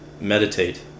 meditate